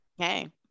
okay